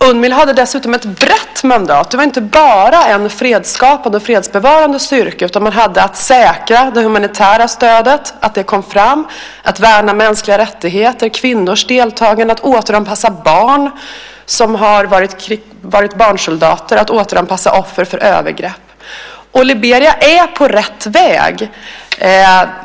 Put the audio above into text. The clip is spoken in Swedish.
Unmil hade dessutom ett brett mandat. Det var inte bara en fredsskapande och fredsbevarande styrka, utan man hade att säkra det humanitära stödet, att det kom fram, att värna mänskliga rättigheter, kvinnors deltagande, att återanpassa barn som har varit barnsoldater, att återanpassa offer för övergrepp. Liberia är på rätt väg.